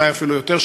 אולי אפילו יותר,